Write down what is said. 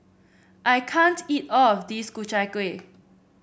I can't eat all of this Ku Chai Kueh